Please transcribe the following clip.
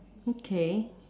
okay